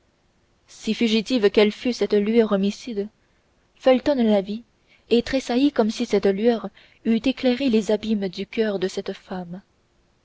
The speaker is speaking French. si fugitive qu'eût été cette lueur homicide felton la vit et tressaillit comme si cette lueur eût éclairé les abîmes du coeur de cette femme